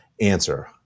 answer